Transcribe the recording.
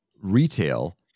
retail